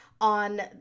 on